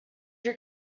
your